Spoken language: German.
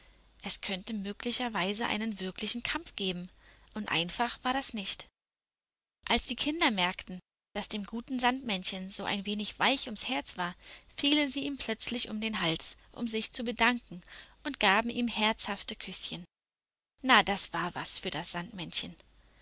es könnte möglicherweise einen wirklichen kampf geben und einfach war das nicht als die kinder merkten daß dem guten sandmännchen so ein wenig weich ums herz war fielen sie ihm plötzlich um den hals um sich zu bedanken und gaben ihm herzhafte küßchen na das war was für das sandmännchen